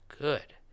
good